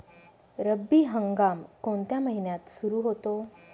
रब्बी हंगाम कोणत्या महिन्यात सुरु होतो?